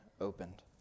opened